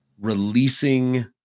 releasing